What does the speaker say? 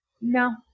No